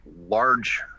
large